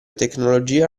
tecnologia